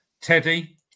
Teddy